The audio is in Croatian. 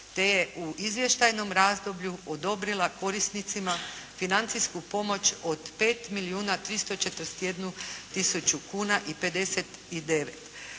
te je u izvještajnom razdoblju odobrila korisnicima financijsku pomoć od 5 milijuna 341